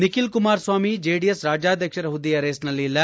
Nikhil Kumaraswamy JDS ರಾಜ್ಯಾಧ್ವಕ್ಷರ ಹುದ್ದೆಯ ರೇಸ್ನಲ್ಲಿ ಇಲ್ಲ